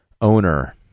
owner